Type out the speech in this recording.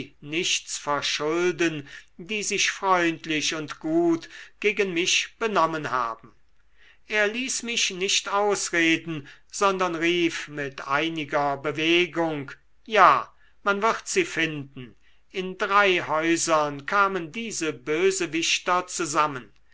nichts verschulden die sich freundlich und gut gegen mich benommen haben er ließ mich nicht ausreden sondern rief mit einiger bewegung ja man wird sie finden in drei häusern kamen diese bösewichter zusammen